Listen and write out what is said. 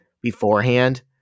beforehand